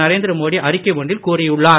நரேந்திர மோடி அறிக்கை ஒன்றில் கூறியுள்ளார்